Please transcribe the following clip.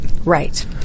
Right